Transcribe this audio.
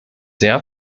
sehr